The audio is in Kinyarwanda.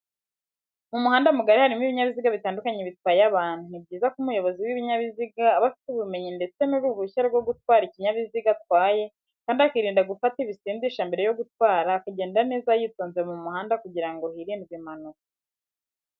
Mu muhanda mugari harimo ibinyabiziga bitandukanye bitwate abantu, ni byiza ko umuyobozi w'ikinyabiziga aba afite ubumenyi ndetse n'uruhushya rwo gutwa ikinyabiziga atwaye kandi akirinda gufata ibisindisha mbere yo gutwara akagenda neza yitonze mu muhanda kugirango hirindwe impanuka